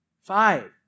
five